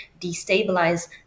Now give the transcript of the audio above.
destabilize